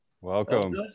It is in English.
Welcome